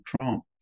Trump